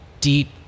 deep